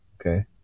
okay